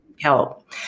help